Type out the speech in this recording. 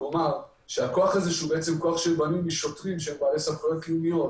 רק אומר שהכוח הזה שבנוי משוטרים שהם בעלי סמכויות לאומיות